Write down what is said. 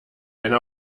eine